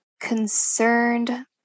concerned